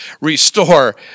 restore